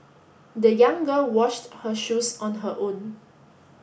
the young girl washed her shoes on her own